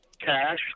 cash